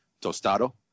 tostado